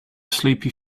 sleepy